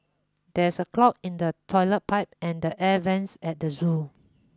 there is a clog in the toilet pipe and the air vents at the zoo